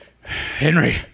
Henry